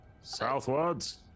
Southwards